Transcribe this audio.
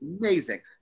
amazing